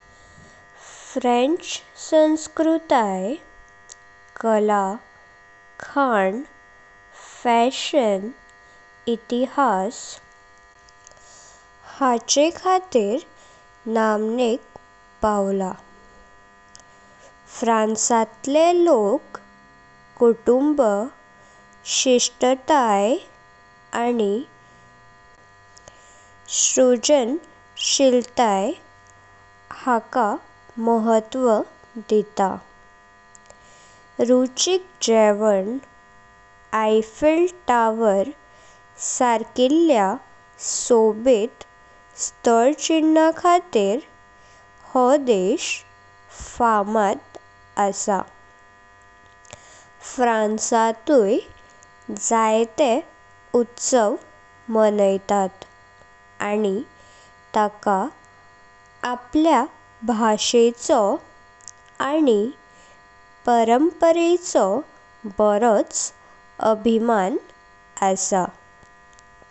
French संस्कृते कला खां फॅशन इतिहास हाचे खातीर नामनेक पावलां। फ्रांसातले लोक्क कुटुंब शिष्टताय आनी सृजनशीलता हाका महत्व दितांव। रुचीक जेवण, आयफेल टॉवर सारकिल्ल्या सोबीत स्थलचिन्हखातीर हो देश फामद आसा। फ्रांसातले जायत उत्सव मनयतांत आनी ताका आपल्य आनी ताका आपल्य भाषेचो आनी परंपरेचो बरोच अभिमान आसा।